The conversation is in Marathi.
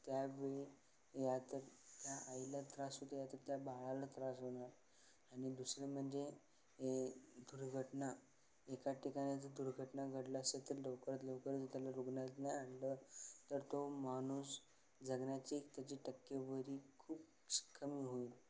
त्यावेळी या तर त्या आईला त्रास होतो या तर त्या बाळाला त्रास होणार आणि दुसरं म्हणजे दुर्घटना एका ठिकाणी जर दुर्घटना घडलं असेल तर लवकरात लवकर जर त्याला रुग्णालयात आणलं तर तो माणूस जगण्याची त्याची टक्केवरी खूपच कमी होईल